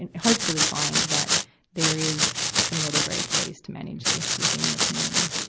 and hopefully find, that there is some really great ways to manage this within your community.